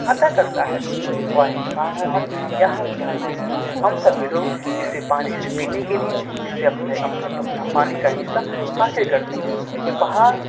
عطا کرتا ہے خواہ انسان ہوں ہم یا ہم جانور ہوں ہم سبھی لوگ اسے پانی سے پینے کے لیے اس سے اپنے اپنا پانی کا حصہ حاصل کرتے ہیں یہ پہاڑ